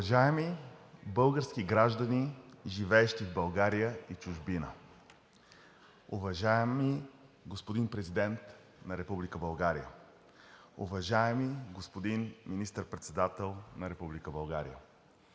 Уважаеми български граждани, живеещи в България и чужбина, уважаеми господин Президент на Република България, уважаеми господин Министър-председател на Република